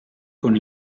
con